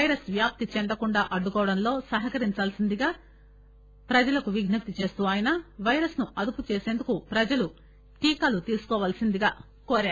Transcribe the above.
virus వ్యాప్తి చెందకుండా అడ్డుకోవడంలో సహకరించాల్పిందిగా ప్రజలకు విజ్నప్తి చేస్తూ ఆయన పైరస్ ను అదుపు చేసేందుకు ప్రజలు టీకాలు తీసుకోవలసిందిగా కోరారు